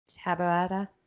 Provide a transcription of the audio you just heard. Taboada